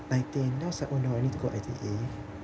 nineteen then I was like oh no I need to go I_T_E